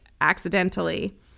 accidentally